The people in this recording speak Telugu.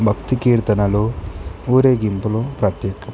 భక్తి కీర్తనలు ఊరేగింపులు ప్రత్యేకం